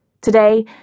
Today